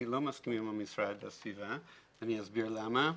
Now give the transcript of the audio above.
אני לא מסכים עם המשרד ואני אסביר למה,